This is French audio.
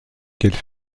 qu’elle